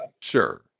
Sure